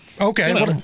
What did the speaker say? Okay